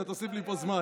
אתה תוסיף לי פה זמן,